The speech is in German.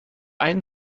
einen